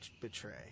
betray